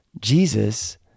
Jesus